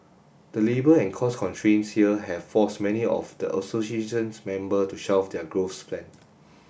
the labour and cost constraints here have forced many of the association's member to shelf their growth plan